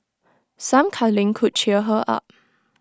some cuddling could cheer her up